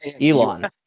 Elon